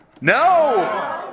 No